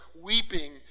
weeping